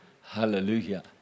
Hallelujah